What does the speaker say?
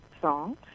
songs